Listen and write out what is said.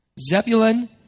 Zebulun